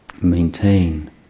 maintain